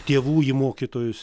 tėvų į mokytojus